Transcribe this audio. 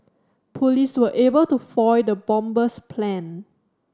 police were able to foil the bomber's plan